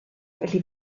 felly